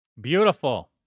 Beautiful